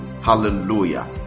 Hallelujah